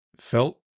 felt